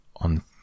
On